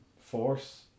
force